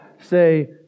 say